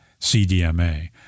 CDMA